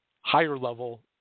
higher-level